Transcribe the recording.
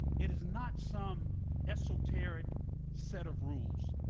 it is not some esoteric set of rules.